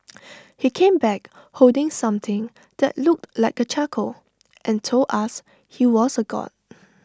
he came back holding something that looked like A charcoal and told us he was A God